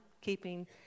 keeping